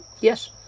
yes